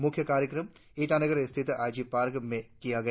मुख्य कार्यक्रम ईटानगर स्थित आई जी पार्क में आयोजित किया गया